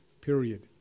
period